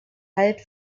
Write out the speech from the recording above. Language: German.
halt